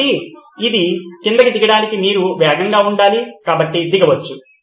కాబట్టి అది క్రిందికి దిగడానికి మీరు వేగంగా ఉండాలి కాబట్టి దిగవచ్చు